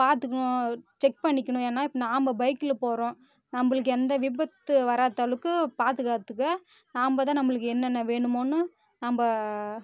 பார்த்துக்குணும் செக் பண்ணிக்கணும் ஏன்னால் இப்போ நாம் பைக்கில் போகிறோம் நம்மளுக்கு எந்த விபத்து வராத அளவுக்கு பாதுகாத்துக்க நாம் தான் நம்மளுக்கு என்னென்ன வேணுமோன்னு நாம்